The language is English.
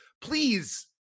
please